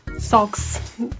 Socks